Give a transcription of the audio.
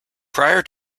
prior